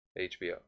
hbo